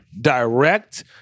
direct